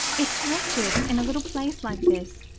it's wretched in a little place like this.